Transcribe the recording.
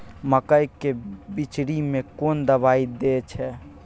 मकई के बिचरी में कोन दवाई दे छै?